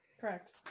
Correct